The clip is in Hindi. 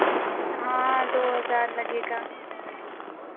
हाँ दो हज़ार लगेगा